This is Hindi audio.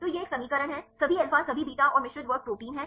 तो यह एक समीकरण है सभी अल्फा सभी बीटा और मिश्रित वर्ग प्रोटीन है